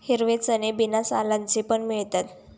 हिरवे चणे बिना सालांचे पण मिळतात